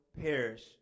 perish